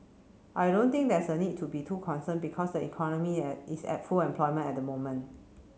I don't think there's a need to be too concern because the economy at is at full employment at the moment